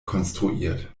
konstruiert